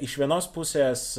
iš vienos pusės